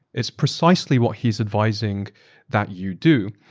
it's precisely what he's advising that you do.